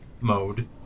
mode